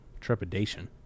trepidation